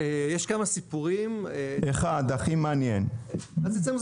כי אנחנו מריצים במקביל כמה תיקונים, חלקם טעונים